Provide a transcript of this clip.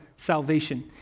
Salvation